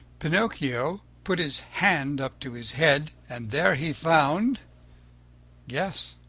pinocchio put his hand up to his head and there he found guess!